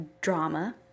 drama